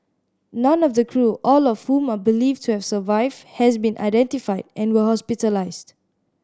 none of the crew all of whom are believed to have survived has been identified and were hospitalised